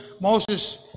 Moses